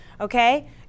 Okay